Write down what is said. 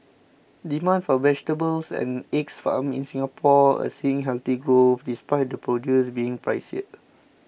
demand for vegetables and eggs farmed in Singapore is seeing healthy growth despite the produce being pricier